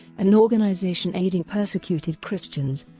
an organisation aiding persecuted christians,